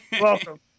Welcome